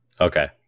Okay